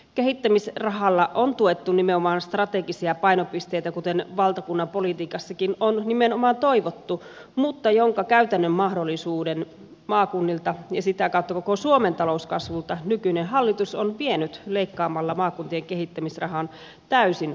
kehittämisrahalla on tuettu nimenomaan strategisia painopisteitä kuten valtakunnan politiikassakin on nimenomaan toivottu mutta sen käytännön mahdollisuuden maakunnilta ja sitä kautta koko suomen talouskasvulta nykyinen hallitus on vienyt leikkaamalla maakuntien kehittämisrahan täysin olemattomaksi